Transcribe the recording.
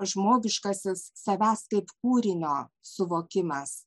žmogiškasis savęs kaip kūrinio suvokimas